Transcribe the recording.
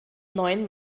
neun